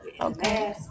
Okay